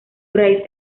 raíz